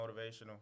motivational